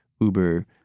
Uber